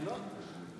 מעניינות,